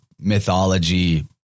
mythology